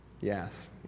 Yes